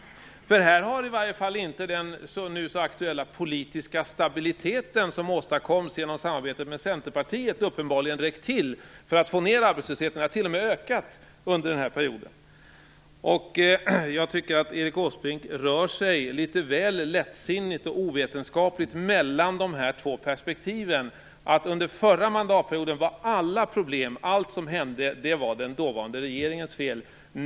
Den nu så aktuella politiska stabiliteten, som åstadkoms genom samarbetet med Centerpartiet, har uppenbarligen inte räckt till för att få ned arbetslösheten. Den har t.o.m. ökat under denna period. Jag tycker att Erik Åsbrink rör sig litet väl lättsinnigt och ovetenskapligt mellan dessa två perspektiv. Under förra mandatperioden var alla problem och allt som hände den dåvarande regeringens fel.